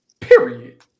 Period